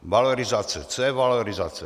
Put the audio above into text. Valorizace co je valorizace?